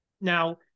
Now